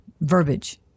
verbiage